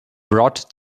brought